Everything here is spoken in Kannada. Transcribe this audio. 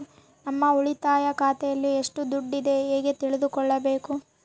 ನಮ್ಮ ಉಳಿತಾಯ ಖಾತೆಯಲ್ಲಿ ಎಷ್ಟು ದುಡ್ಡು ಇದೆ ಹೇಗೆ ತಿಳಿದುಕೊಳ್ಳಬೇಕು?